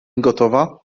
gotowa